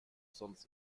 sonst